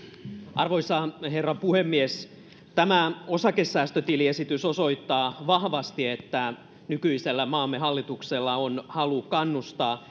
arvoisa herra puhemies tämä osakesäästötiliesitys osoittaa vahvasti että nykyisellä maamme hallituksella on halu kannustaa